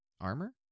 armor